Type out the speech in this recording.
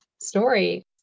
story